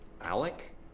Alec